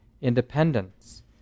independence